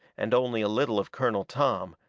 and only a little of colonel tom,